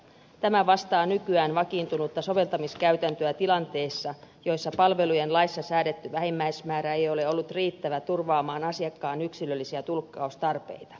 tämä vastaa nykyään vakiintunutta soveltamiskäytäntöä tilanteissa joissa palvelujen laissa säädetty vähimmäismäärä ei ole ollut riittävä turvaamaan asiakkaan yksilöllisiä tulkkaustarpeita